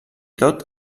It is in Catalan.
tot